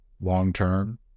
long-term